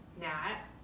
Nat